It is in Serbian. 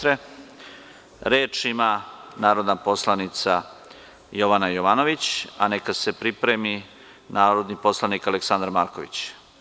Reč ima narodna poslanica Jovana Jovanović, a neka se pripremi narodni poslanik Aleksandar Marković.